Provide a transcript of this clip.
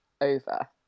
over